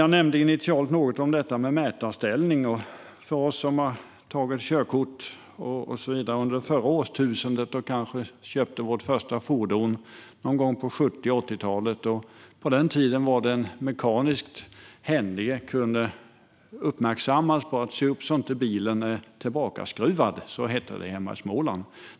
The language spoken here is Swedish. Jag nämnde initialt mätarställning. För oss som tog körkort under det förra årtusendet och kanske köpte vårt första fordon någon gång under 70 eller 80-talen kunde den mekaniskt händige uppmärksammas om att se upp så att bilen inte var tillbakaskruvad. Så hette det hemma i Småland.